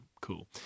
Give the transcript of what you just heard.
cool